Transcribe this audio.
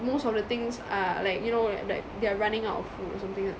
most of the things are like you know li~ like they are running out of food of something like that